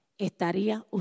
Estaría